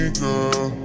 girl